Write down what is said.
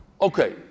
Okay